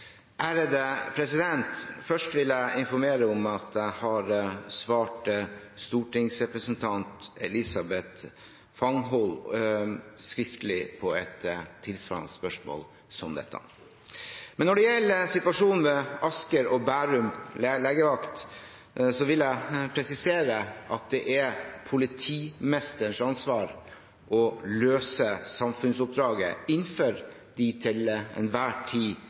Først vil jeg informere om at jeg har svart stortingsrepresentant Elisabeth Fanghol skriftlig på et tilsvarende spørsmål . Når det gjelder situasjonen ved Asker og Bærum legevakt, vil jeg presisere at det er politimesterens ansvar å løse samfunnsoppdraget innenfor de til enhver tid